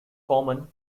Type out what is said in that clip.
common